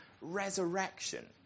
resurrection